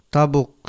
Tabuk